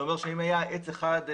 זה אומר שאם היה עץ אחד,